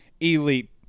elite